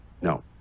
No